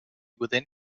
within